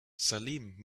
salim